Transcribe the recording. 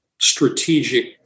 strategic